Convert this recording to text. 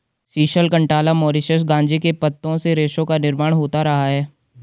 sisal, cantala, Mauritius गांजे के पत्तों से रेशों का निर्माण होता रहा है